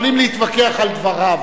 יכולים להתווכח על דבריו.